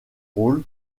rôle